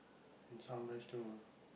and some vegetable